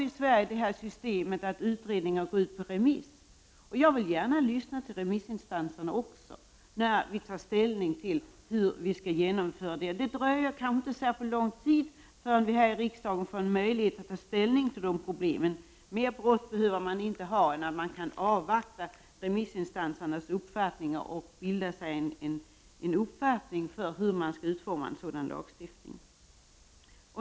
I Sverige har vi ju ett system som innebär att utredningsförslag går ut på remiss och jag vill gärna lyssna även på remissinstanserna innan vi tar ställning. Det dröjer kanske inte så länge förrän vi får möjlighet att ta ställning till de problemen här i riksdagen. Man behöver inte ha mer bråttom än att man kan avvakta remissinstansernas yttranden innan man bildar sig en uppfattning om hur man skall utforma en sådan lagtext.